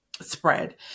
spread